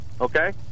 Okay